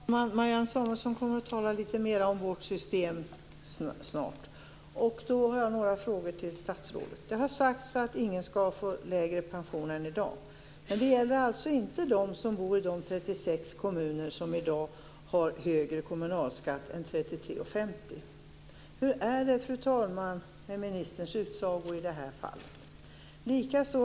Fru talman! Marianne Samuelsson kommer att tala litet mer om vårt system snart. Jag har några frågor till statsrådet. Det har sagts att ingen skall få lägre pension än i dag. Men det gäller alltså inte dem som bor i de 36 kommuner som i dag har högre kommunalskatt än 33:50. Hur är det med ministerns utsago i det här fallet?